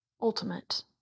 ultimate